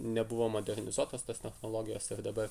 nebuvo modernizuotos tos technologijos ir dabar